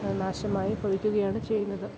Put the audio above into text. നാശമായി ഭവിക്കുകയാണ് ചെയ്യുന്നത്